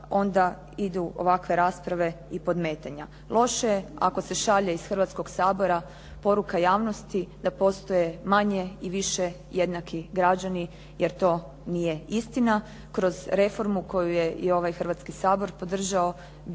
onda idu ovakve rasprave i podmetanja. Loše je ako se šalje iz Hrvatskoga sabora poruka javnosti da postoje manje i više jednaki građani jer to nije istina. Kroz reformu koju je i ovaj Hrvatski sabor podržao,